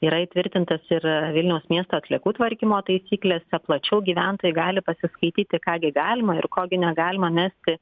yra įtvirtintas ir vilniaus miesto atliekų tvarkymo taisyklėse plačiau gyventojai gali pasiskaityti ką gi galima ir ko gi negalima mesti